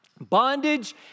bondage